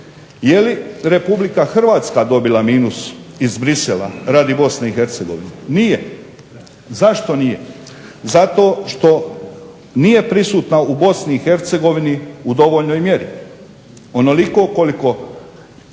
Je li Republika Hrvatska dobila minus iz Bruxellesa radi BiH? Nije. Zašto nije? Zato što nije prisutna u BiH u dovoljnoj mjeri, onoliko koliko